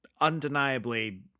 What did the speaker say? undeniably